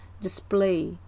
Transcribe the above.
display